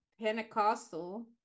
Pentecostal